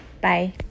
Bye